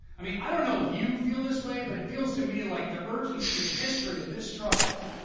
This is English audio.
i mean, i don't know if you feel this way, but it feels to me like the urgency of the history of this struggle,